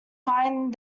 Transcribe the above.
find